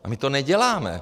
A my to neděláme.